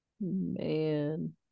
man